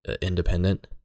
independent